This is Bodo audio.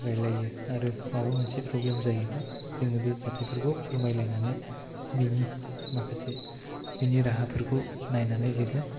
रायलायो आरो माबा मोनसे प्रब्लेम जायोब्ला जों बे जाथायफोखौ फोरमायलायनानै बिनि माखासे बिनि राहाफोरखौ नायनानै जोङो